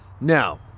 Now